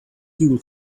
fuel